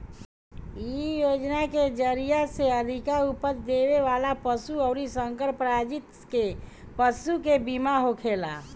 इ योजना के जरिया से अधिका उपज देवे वाला पशु अउरी संकर प्रजाति के पशु के बीमा होखेला